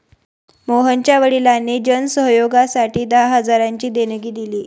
मोहनच्या वडिलांनी जन सहयोगासाठी दहा हजारांची देणगी दिली